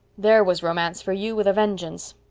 there was romance for you, with a vengeance!